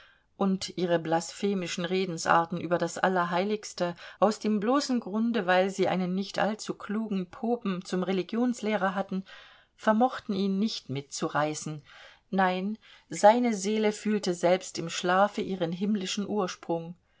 und ihre blasphemischen redensarten über das allerheiligste aus dem bloßen grunde weil sie einen nicht allzu klugen popen zum religionslehrer hatten vermochten ihn nicht mitzureißen nein seine seele fühlte selbst im schlafe ihren himmlischen ursprung